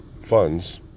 funds